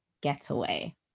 Getaway